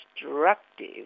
destructive